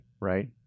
right